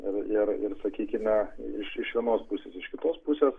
ir ir ir sakykime iš iš vienos pusės iš kitos pusės